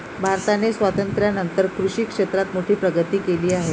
भारताने स्वातंत्र्यानंतर कृषी क्षेत्रात मोठी प्रगती केली आहे